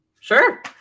sure